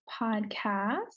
podcast